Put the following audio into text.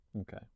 Okay